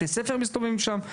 בתי ספר מסתובבים שם,